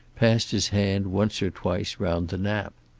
passed his hand once or twice round the nap.